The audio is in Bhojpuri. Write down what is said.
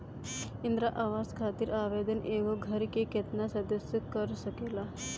इंदिरा आवास खातिर आवेदन एगो घर के केतना सदस्य कर सकेला?